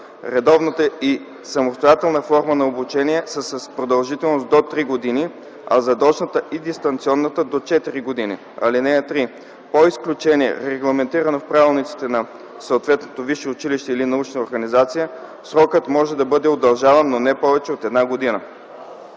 Редовната и самостоятелна форма на обучение са с продължителност до 3 години, а задочната и дистанционната – до 4 години. (3) По изключение, регламентирано в правилниците на съответното висше училище или научна организация, срокът може да бъде удължаван, но не повече от една година.”